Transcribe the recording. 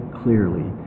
clearly